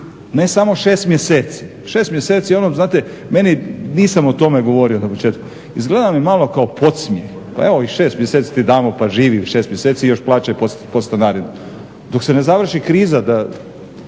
ne samo 6 mjeseci. 6 mjeseci je ono znate meni, nisam o tome govorio na početku, izgleda mi malo kao podsmijeh, evo ovih 6 mjeseci ti damo pa živi 6 mjeseci, još plaćaj podstanarinu, dok se ne završi kriza.